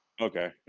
Okay